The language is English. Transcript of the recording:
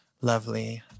lovely